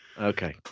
Okay